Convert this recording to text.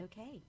okay